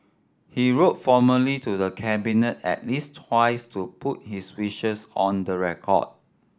he wrote formally to the Cabinet at least twice to put his wishes on the record